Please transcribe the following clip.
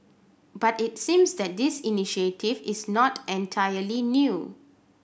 but it seems that this initiative is not entirely new